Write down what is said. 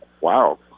Wow